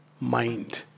mind